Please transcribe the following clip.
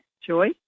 Joy